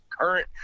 current